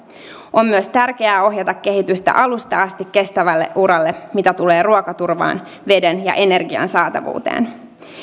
on myös tärkeää ohjata kehitystä alusta asti kestävälle uralle mitä tulee ruokaturvaan sekä veden ja energian saatavuuteen